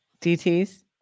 DTS